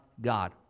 God